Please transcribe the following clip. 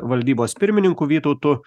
valdybos pirmininku vytautu